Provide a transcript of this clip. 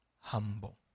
humble